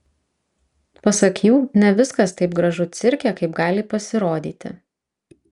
pasak jų ne viskas taip gražu cirke kaip gali pasirodyti